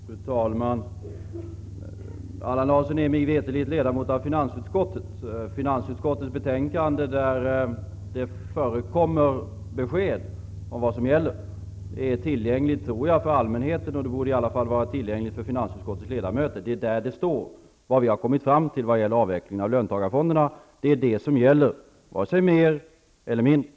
Fru talman! Allan Larsson är mig veterligt ledamot av finansutskottet. Finansutskottets betänkande där det förekommer besked om vad som gäller är tillgängligt för allmänheten, tror jag, och borde i alla fall vara tillgängligt för finansutskottets ledamöter. Där står vad vi har kommit fram till vad gäller avvecklingen av löntagarfonderna. Det är det som gäller, varken mer eller mindre.